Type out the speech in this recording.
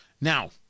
Now